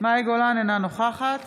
אינה נוכחת